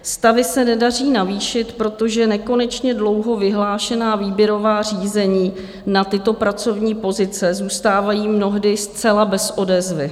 Stavy se nedaří navýšit, protože nekonečně dlouho vyhlášená výběrová řízení na tyto pracovní pozice zůstávají mnohdy zcela bez odezvy.